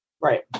Right